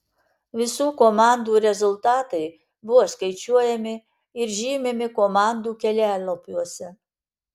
visų komandų rezultatai buvo skaičiuojami ir žymimi komandų kelialapiuose